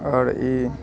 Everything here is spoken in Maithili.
आओर ई